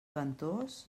ventós